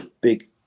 Big